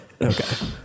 Okay